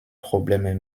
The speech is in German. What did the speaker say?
probleme